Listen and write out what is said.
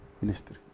Ministry